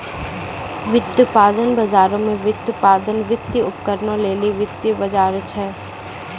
व्युत्पादन बजारो मे व्युत्पादन, वित्तीय उपकरणो लेली वित्तीय बजार छै